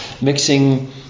mixing